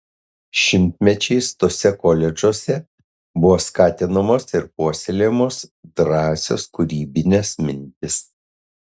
šimtmečiais tuose koledžuose buvo skatinamos ir puoselėjamos drąsios kūrybinės mintys